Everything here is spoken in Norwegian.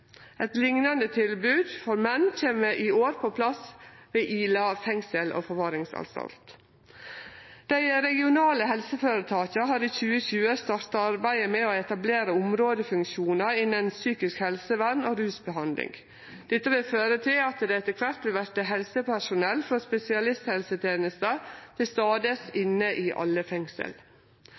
Eit liknande tilbod for menn kjem i år på plass ved Ila fengsel og forvaringsanstalt. Dei regionale helseføretaka har i 2020 starta arbeidet med å etablere områdefunksjonar innan psykisk helsevern og rusbehandling. Dette vil føre til at det etter kvart vil verte helsepersonell frå spesialisthelsetenesta til stades inne i alle fengsel.